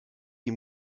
die